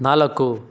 ನಾಲ್ಕು